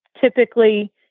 typically